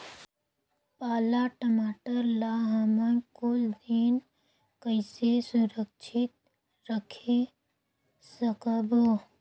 पाला टमाटर ला हमन कुछ दिन कइसे सुरक्षित रखे सकबो?